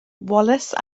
wallace